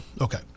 Okay